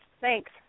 Thanks